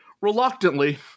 reluctantly